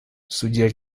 судья